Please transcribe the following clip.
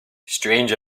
strange